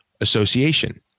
association